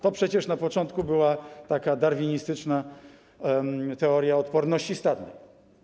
To przecież na początku była darwinistyczna teoria odporności stadnej.